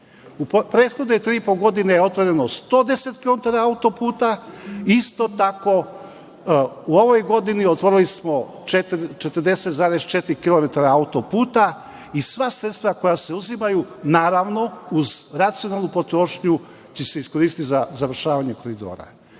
prethodne tri i po godine je otvoreno 110 prontera autoputa, isto tako u ovoj godini otvorili smo 40,4 kilometra autoputa i sva sredstva koja se uzimaju, naravno, uz racionalnu potrošnju će se iskoristiti za završavanje koridora. Ima